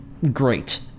Great